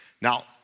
Now